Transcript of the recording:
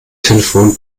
telefon